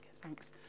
Thanks